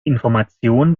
information